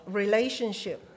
relationship